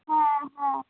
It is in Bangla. হ্যাঁ হ্যাঁ